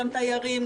גם תיירים,